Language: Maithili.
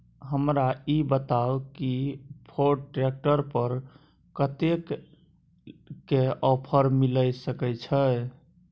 हमरा ई बताउ कि फोर्ड ट्रैक्टर पर कतेक के ऑफर मिलय सके छै?